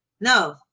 No